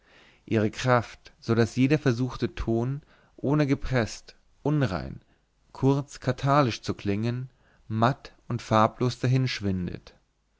ihre kraft so daß jeder versuchte ton ohne gepreßt unrein kurz katarrhalisch zu klingen matt und farblos